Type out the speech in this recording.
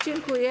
Dziękuję.